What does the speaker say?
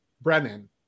Brennan